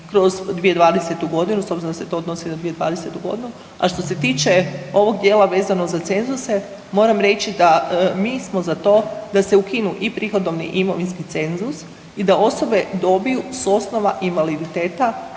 kroz 2020.-tu godinu s obzirom da se to odnosi na 2020.-tu godinu. A što se tiče ovog dijela vezano za cenzuse moram reći da mi smo za to da se ukinu i prihodovni i imovinski cenzus i da osobe dobiju s osnova invaliditeta